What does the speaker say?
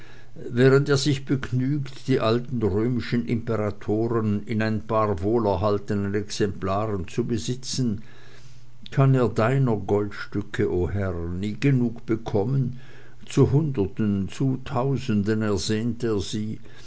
während er sich begnügt die alten römischen imperatoren in ein paar wohlerhaltenen exemplaren zu besitzen kann er deiner goldstücke o herr nie genug bekommen zu hunderten zu tausenden ersehnt er sie